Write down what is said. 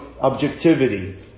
objectivity